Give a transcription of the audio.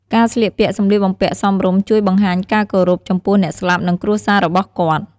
ការស្លៀកពាក់ សម្លៀកបំពាក់សមរម្យជួយបង្ហាញការគោរព ចំពោះអ្នកស្លាប់ និងគ្រួសាររបស់គាត់។